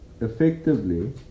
effectively